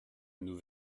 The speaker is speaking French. nous